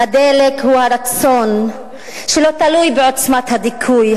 הדלק הוא הרצון שלא תלוי בעוצמת הדיכוי,